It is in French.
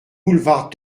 boulevard